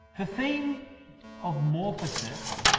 the theme of morphosis